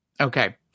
Okay